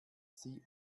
sie